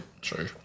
true